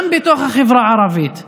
גם בתוך החברה הערבית,